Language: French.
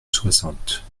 soixante